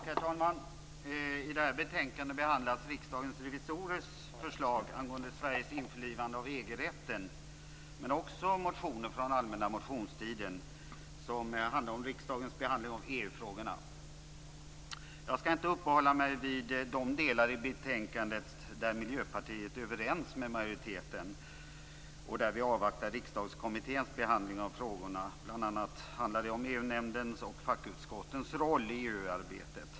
Herr talman! I det här betänkandet behandlas Riksdagens revisorers förslag angående Sveriges införlivande av EG-rätten, men också motioner från allmänna motionstiden som handlar om riksdagens behandling av EU-frågorna. Jag skall inte uppehålla mig vid de delar i betänkandet där Miljöpartiet är överens med majoriteten och där vi avvaktar Riksdagskommitténs behandling av frågorna. Det handlar bl.a. om EU-nämndens och fackutskottens roll i EU-arbetet.